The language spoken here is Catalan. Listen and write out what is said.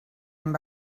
amb